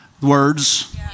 Words